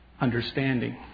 Understanding